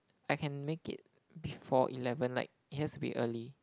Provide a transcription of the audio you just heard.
I can make it before eleven like it has to be early